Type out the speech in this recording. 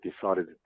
decided